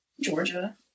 Georgia